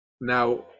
Now